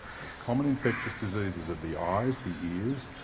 the common infectious diseases of the eyes, the ears,